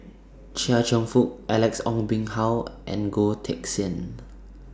Chia Cheong Fook Alex Ong Boon Hau and Goh Teck Sian